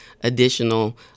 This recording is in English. additional